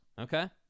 Okay